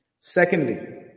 Secondly